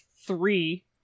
three